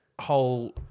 whole